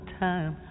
time